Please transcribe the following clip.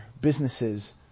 businesses